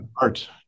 art